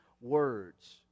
words